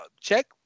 check